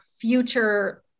future